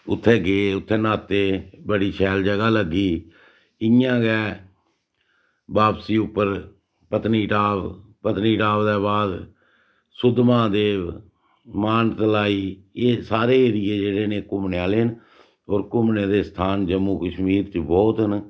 उत्थें गे उत्थें न्हाते बड़ी शैल जगह् लग्गी इयां गै बापसी उप्पर पत्नीटॉप पत्नीटॉप दे बाद सुद्धमहादेव मानतलाई एह् सारे ऐरिये जेह्ड़े न घूमने आह्ले न होर घूमने दे स्थान जम्मू कश्मीर च बोह्त न